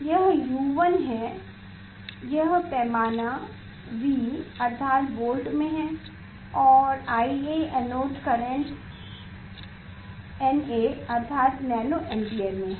यह U1 है यह पैमाना V अर्थात वोल्ट में हैं और यह IA एनोड करेंट nA में अर्थात नैनो एम्पीयर में है